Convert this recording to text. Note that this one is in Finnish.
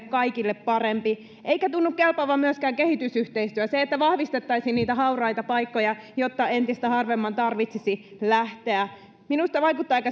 kaikille parempi eikä tunnu kelpaavan myöskään kehitysyhteistyö se että vahvistettaisiin niitä hauraita paikkoja jotta entistä harvemman tarvitsisi lähteä minusta vaikuttaa aika